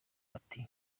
ati